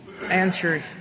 answer